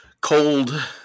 cold